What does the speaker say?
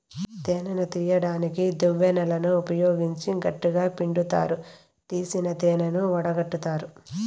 తేనెను తీయడానికి దువ్వెనలను ఉపయోగించి గట్టిగ పిండుతారు, తీసిన తేనెను వడగట్టుతారు